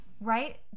Right